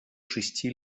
шести